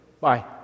Bye